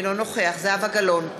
אינו נוכח זהבה גלאון,